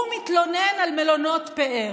הוא מתלונן על מלונות פאר.